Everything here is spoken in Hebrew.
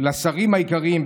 לשרים העיקריים,